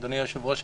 אדוני היושב-ראש,